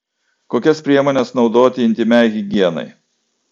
kokias priemones naudoti intymiai higienai